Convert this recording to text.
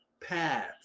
paths